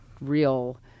real